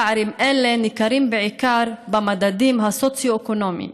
פערים אלה ניכרים בעיקר במדדים הסוציו-אקונומיים: